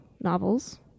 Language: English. novels